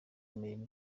imirimo